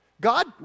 God